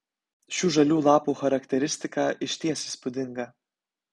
šių žalių lapų charakteristika išties įspūdinga